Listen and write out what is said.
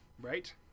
right